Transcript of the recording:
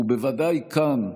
ובוודאי כאן,